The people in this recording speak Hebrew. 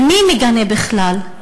ומי מגנה בכלל?